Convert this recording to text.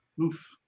Oof